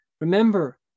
Remember